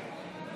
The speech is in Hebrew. ניצן